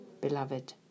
beloved